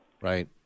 Right